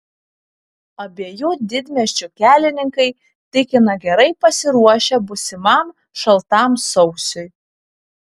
abiejų didmiesčių kelininkai tikina gerai pasiruošę būsimam šaltam sausiui